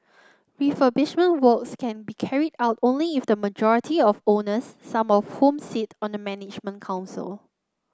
refurbishment works can be carried out only if the majority of owners some of whom sit on the management council